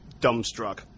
dumbstruck